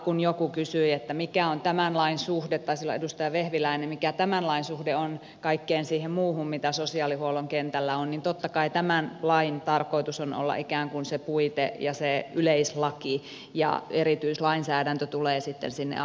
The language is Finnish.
kun joku kysyi että mikä on tämän lain taisi olla edustaja vehviläinen mikä tämän lain suhde on kaikkeen siihen muuhun mitä sosiaalihuollon kentällä on niin totta kai tämän lain tarkoitus on olla ikään kuin se puite ja se yleislaki ja erityislainsäädäntö tulee sitten sinne alle